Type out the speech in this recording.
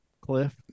cliff